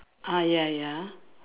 ah ya ya